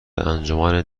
انجمن